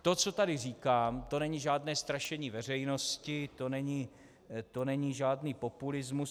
To, co tady říkám, to není žádné strašení veřejnosti, to není žádný populismus.